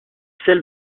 sel